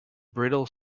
brittle